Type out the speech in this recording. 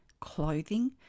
clothing